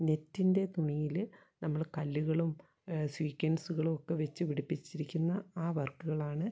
നെറ്റിൻ്റെ തുണിയിൽ നമ്മൾ കല്ലുകളും സ്വീക്വൻസുകളും ഒക്കെ വച്ച് പിടിപ്പിച്ചിരിക്കുന്ന ആ വർക്കുകളാണ്